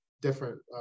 different